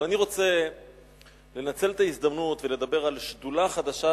אבל אני רוצה לנצל את ההזדמנות ולדבר על שדולה חדשה,